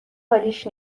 حالیش